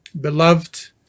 beloved